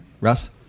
Russ